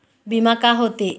बीमा का होते?